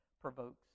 provokes